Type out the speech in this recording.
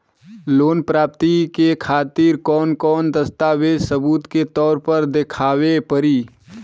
Loan प्राप्ति के खातिर कौन कौन दस्तावेज सबूत के तौर पर देखावे परी?